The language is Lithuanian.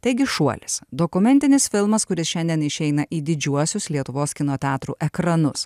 taigi šuolis dokumentinis filmas kuris šiandien išeina į didžiuosius lietuvos kino teatrų ekranus